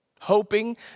hoping